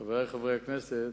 חברי חברי הכנסת,